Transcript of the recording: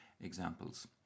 examples